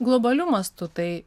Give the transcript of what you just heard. globaliu mastu tai